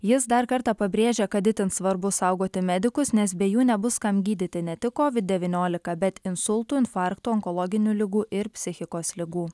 jis dar kartą pabrėžia kad itin svarbu saugoti medikus nes be jų nebus kam gydyti ne tik kovid devyniolika bet insultų infarktų onkologinių ligų ir psichikos ligų